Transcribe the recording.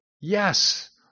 Yes